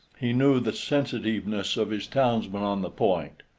he knew the sensitiveness of his townsmen on the point.